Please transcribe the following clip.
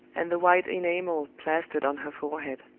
and the white enamel plastered on her forehead.